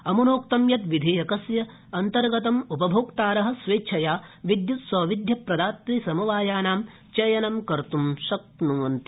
अम्नोक्तं यत् विधेयकस्य अन्तर्गतम् उपभोक्तार स्वेच्छया विद्युत्सौविध्यप्रदातृ समवायानां चयनं कुर्तु शक्यन्ते